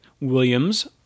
Williams